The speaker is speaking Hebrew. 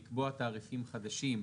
לקבוע תעריפים חדשים,